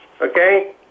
okay